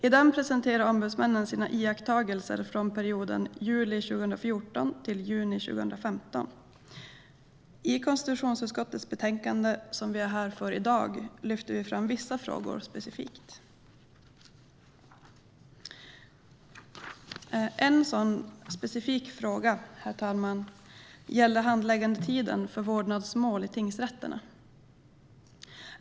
I den presenterar ombudsmännen sina iakttagelser från perioden juli 2014 till juni 2015. I konstitutionsutskottets betänkande, som vi är här för att behandla i dag, lyfter vi fram vissa frågor specifikt. En sådan specifik fråga, herr talman, gäller handläggningstiden för vårdnadsmål i tingsrätterna.